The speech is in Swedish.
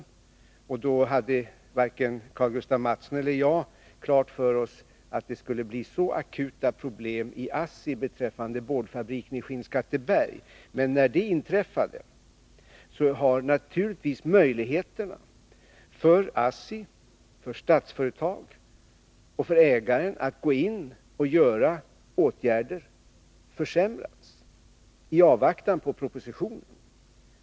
Då hade varken Karl-Gustaf Mathsson eller jag klart för oss att det skulle bli så akuta problem i ASSI beträffande boardfabriken i Skinnskatteberg. Men när det blev så har naturligtvis möjligheterna för ASSI, Statsföretag och ägaren att gå in och vidta åtgärder försämrats i avvaktan på propositionen.